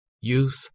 Youth